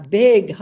big